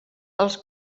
els